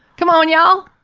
c'mon, y'all.